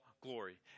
glory